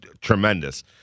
tremendous